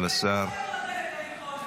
למה לא נשארת בחוץ?